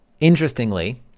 Interestingly